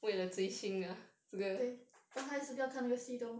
对 but 他一直不要看那个戏都